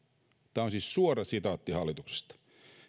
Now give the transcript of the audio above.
on siis suora sitaatti hallitusohjelmasta